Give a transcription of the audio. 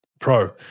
Pro